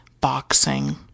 boxing